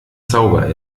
zauber